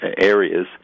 areas